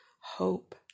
hope